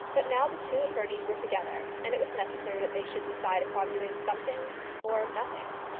but now the two attorneys were together, and it was necessary that they should decide upon doing something or nothing.